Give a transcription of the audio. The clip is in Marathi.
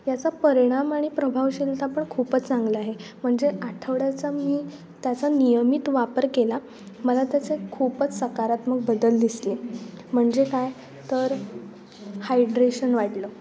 याचा परिणाम आणि प्रभावशीलता पण खूपच चांगलं आहे म्हणजे आठवड्याचा मी त्याचा नियमित वापर केला मला त्याचं खूपच सकारात्मक बदल दिसले म्हणजे काय तर हायड्रेशन वाढलं